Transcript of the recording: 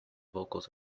vocals